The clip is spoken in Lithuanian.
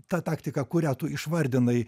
ta taktika kurią tu išvardinai